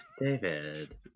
David